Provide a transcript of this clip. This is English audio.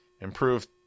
Improved